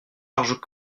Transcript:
larges